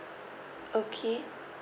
okay